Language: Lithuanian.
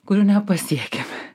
kurių nepasiekiame